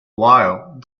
while